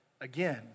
again